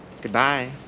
Goodbye